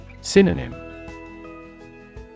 Synonym